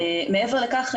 מעבר לכך,